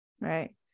Right